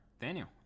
Daniel